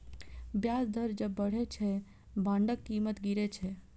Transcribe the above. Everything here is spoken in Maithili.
ब्याज दर जब बढ़ै छै, बांडक कीमत गिरै छै